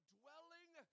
dwelling